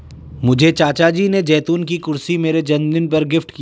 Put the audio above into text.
मुझे चाचा जी ने जैतून की कुर्सी मेरे जन्मदिन पर गिफ्ट की है